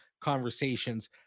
conversations